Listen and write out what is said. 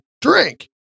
drink